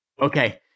Okay